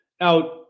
Now